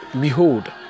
behold